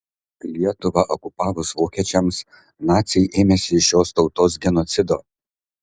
lietuvą okupavus vokiečiams naciai ėmėsi šios tautos genocido